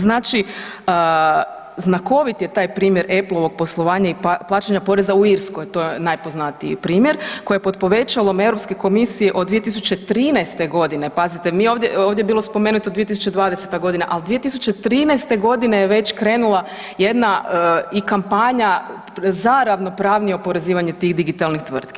Znači znakovit je taj primjer Apple-ovog poslovanja i plaćanja poreza u Irskoj to je najpoznatiji primjer koji je pod povećalom Europske komisije od 2013. godine pazite mi ovdje, ovdje je bilo spomenuto 2020. godina, ali 2013. godine je već krenula jedna i kampanja za ravnopravnije oporezivanje tih digitalnih tvrtki.